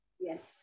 Yes